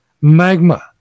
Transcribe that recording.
Magma